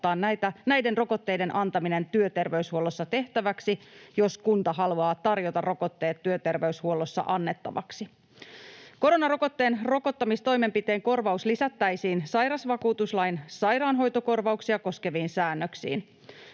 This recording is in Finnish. näiden rokotteiden antaminen työterveyshuollossa tehtäväksi, jos kunta haluaa tarjota rokotteet työterveyshuollossa annettavaksi. Koronarokotteen rokottamistoimenpiteen korvaus lisättäisiin sairausvakuutuslain sairaanhoitokorvauksia koskeviin säännöksiin.